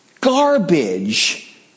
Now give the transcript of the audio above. garbage